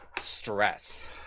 stress